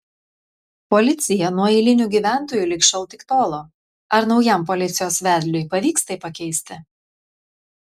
policija nuo eilinių gyventojų lig šiol tik tolo ar naujam policijos vedliui pavyks tai pakeisti